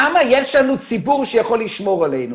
שם יש לנו ציבור שיכול לשמור עלינו.